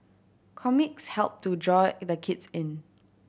comics help to draw the kids in